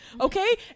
okay